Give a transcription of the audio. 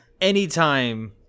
Anytime